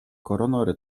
coronary